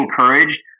encouraged